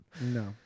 No